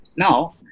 Now